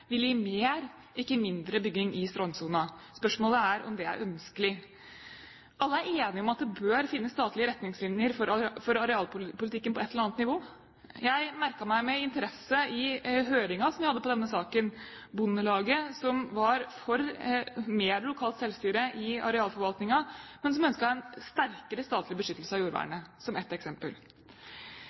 vil føre til mer – ikke mindre – bygging i strandsonen. Spørsmålet er om det er ønskelig. Alle er enige om at det bør finnes statlige retningslinjer for arealpolitikken på et eller annet nivå. Jeg merket meg med interesse at Bondelaget i høringen som vi hadde i denne saken, var for mer lokalt selvstyre i arealforvaltningen, men ønsket en sterkere statlig beskyttelse av jordvernet, for å ta ett eksempel.